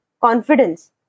Confidence